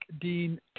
Dean